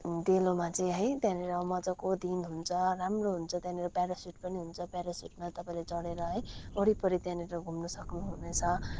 डेलोमा चाहिँ है त्यहाँनिर मज्जाको दिन हुन्छ राम्रो हुन्छ त्यहाँनिर प्यारासुट पनि हुन्छ प्यारासुटमा तपाईँले चढेर है वरिपरि त्यहाँनिर घुम्नुसक्नु हुने छ